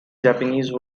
japanese